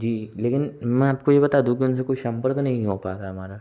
जी लेकिन मैं आपको ये बता दूँ कि उनसे कोई संपर्क नहीं हो पा रहा हमारा